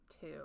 two